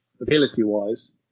ability-wise